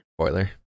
Spoiler